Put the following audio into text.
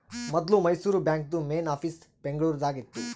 ಮೊದ್ಲು ಮೈಸೂರು ಬಾಂಕ್ದು main office Bengaluru ದಾಗ ಇತ್ತು